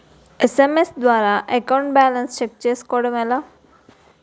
SMS ద్వారా account balance check చేసుకోవటం ఎలా?